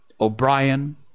O'Brien